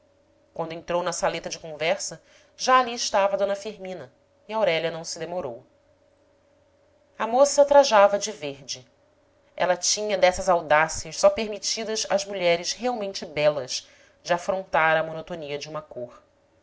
quando entrou na saleta de conversa já ali estava d firmina e aurélia não se demorou a moça trajava de verde ela tinha dessas audácias só permitidas às mulheres realmente belas de afrontar a monotonia de uma cor